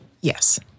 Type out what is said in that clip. Yes